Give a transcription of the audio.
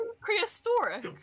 Prehistoric